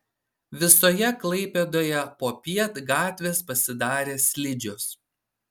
visoje klaipėdoje popiet gatvės pasidarė slidžios